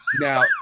Now